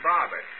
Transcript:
Barber